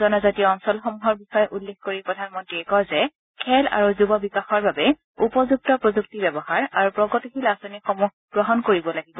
জনজাতিয় অঞ্চলসমূহৰ বিষয়ে উল্লেখ কৰি প্ৰধান মন্ত্ৰীয়ে কয় যে খেল আৰু যুৱ বিকাশৰ বাবে উপযুক্ত প্ৰযুক্তি ব্যৱহাৰ আৰু প্ৰগতিশীল আঁচনিসমূহ গ্ৰহণ কৰিব লাগিব